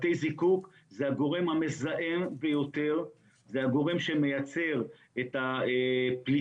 בתי זיקוק הם הגורם המזהם ביותר ומייצר את הפליטות